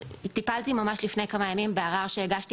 טיפלתי ממש לפני כמה ימים בערר שהגשתי